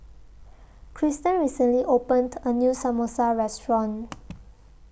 Krysten recently opened A New Samosa Restaurant